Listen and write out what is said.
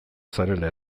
zarela